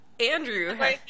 Andrew